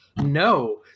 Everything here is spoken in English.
no